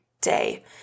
day